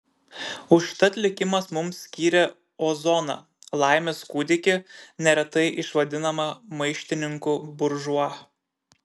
užtat likimas mums skyrė ozoną laimės kūdikį neretai išvadinamą maištininku buržua